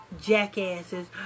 jackasses